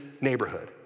neighborhood